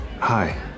Hi